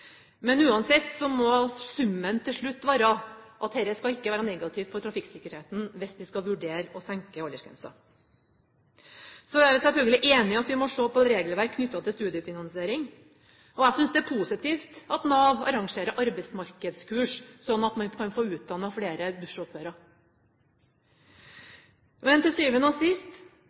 Men uansett må summen til slutt være at dette ikke skal være negativt for trafikksikkerheten, hvis vi skal vurdere å senke aldersgrensen. Så er vi selvfølgelig enig i at vi må se på et regelverk knyttet til studiefinansiering. Jeg synes det er positivt at Nav arrangerer arbeidsmarkedskurs, slik at man kan få utdannet flere bussjåfører. Men til syvende og sist